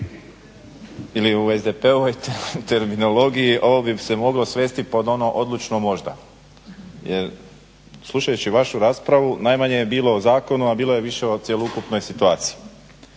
ili u SDP-ovoj terminologiji ovo bi se moglo svesti pod ono odlučno možda, jer slušajući vašu raspravu najmanje je bilo o zakonu, a bilo je više o cjelokupnoj situaciji,